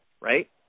right